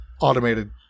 automated